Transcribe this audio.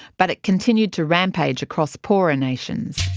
but it continued to rampage across poorer nations.